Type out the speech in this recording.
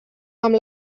amb